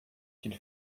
qu’il